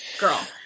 girl